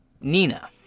Nina